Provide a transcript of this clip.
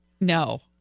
No